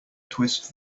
twist